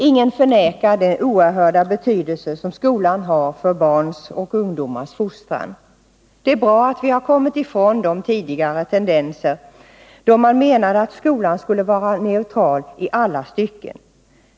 Ingen förnekar den oerhört stora betydelse som skolan har för barns och ungdomars fostran. Det är bra att vi kommit ifrån de tidigare tendenserna, då man menade att skolan skulle vara neutral i allting.